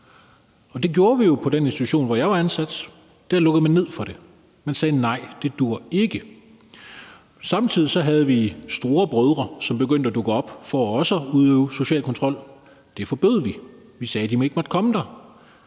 og det gjorde vi jo på den institution, hvor jeg var ansat. Der lukkede man ned for det. Man sagde: Nej, det duer ikke. Samtidig havde vi storebrødre, som begyndte at dukke op for også at udøve social kontrol. Det forbød vi. Vi sagde, at de ikke måtte komme der,